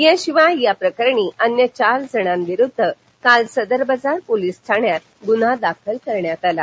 याशिवाय याप्रकरणी अन्य चार जणांविरुद्ध काल सदर बाजार पोलीस ठाण्यात गुन्हा दाखल करण्यात आला आहे